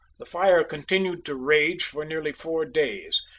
the fire continued to rage for nearly four days,